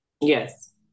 Yes